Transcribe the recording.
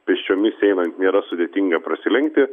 pėsčiomis einant nėra sudėtinga prasilenkti